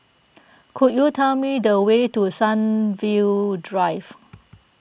could you tell me the way to Sunview Drive